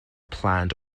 planned